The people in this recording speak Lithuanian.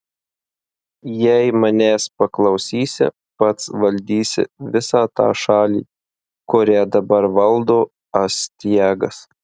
jei manęs paklausysi pats valdysi visą tą šalį kurią dabar valdo astiagas